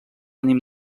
ànim